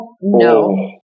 no